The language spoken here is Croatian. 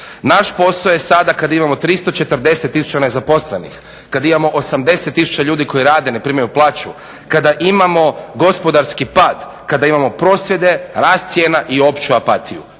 Naš posao je sada kada imamo 340 tisuća nezaposlenih, kad imamo 80 tisuća ljudi koji rade, a ne primaju plaću, kada imamo gospodarski pad, kada imamo prosvjede, rast cijena i opću apatiju.